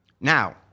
Now